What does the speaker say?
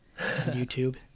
YouTube